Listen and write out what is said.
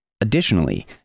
Additionally